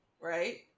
right